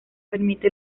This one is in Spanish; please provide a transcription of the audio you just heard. permite